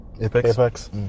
Apex